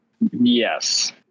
yes